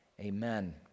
amen